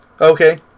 Okay